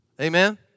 Amen